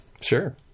Sure